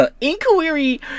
inquiry